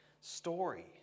story